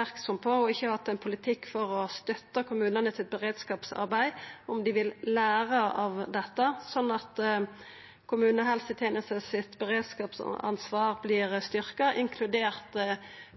merksame på og ikkje hatt ein politikk for å støtta kommunane sitt beredskapsarbeid, og om dei vil læra av dette, slik at kommunehelsetenesta sitt beredskapsansvar